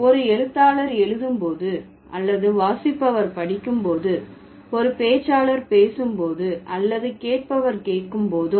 ஒரு எழுத்தாளர் எழுதும் போது அல்லது வாசிப்பவர் படிக்கும் போது ஒரு பேச்சாளர் பேசும் போது அல்லது கேட்பவர் கேட்கும் போதும்